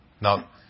Now